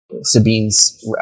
sabine's